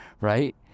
right